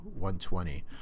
120